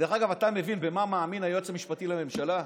דרך אגב, אתה מבין במה מאמין היועץ המשפטי לממשלה?